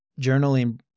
Journaling